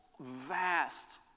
vast